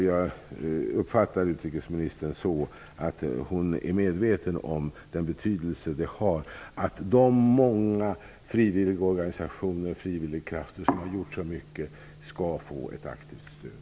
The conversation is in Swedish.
Jag uppfattar utrikesministern så, att hon är medveten om betydelsen av att de många frivilligorgansiationer och frivilligkrafter som har gjort så mycket får ett aktivt stöd.